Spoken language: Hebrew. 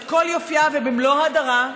את כל יופייה ובמלוא הדרה,